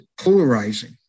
polarizing